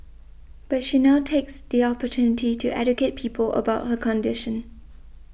but she now takes the opportunity to educate people about her condition